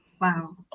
wow